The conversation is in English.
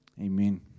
Amen